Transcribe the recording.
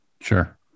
Sure